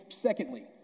Secondly